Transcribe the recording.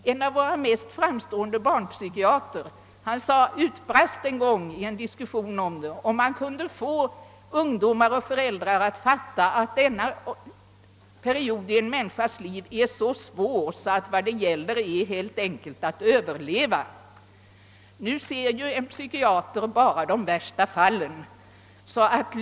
En av våra mest framstående barnpsykiat rer utbrast en gång vid en diskussion om dessa ting: »Om man kunde få ungdomar och föräldrar att fatta att denna period i en människas liv är så svår att vad det här gäller är helt enkelt att överleva!» En psykiatriker ser ju emellertid bara de värsta fallen.